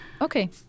Okay